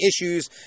issues